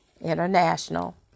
International